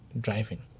driving